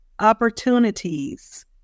opportunities